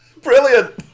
Brilliant